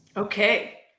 Okay